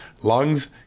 lungs